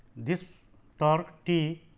this torque t,